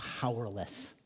powerless